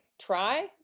try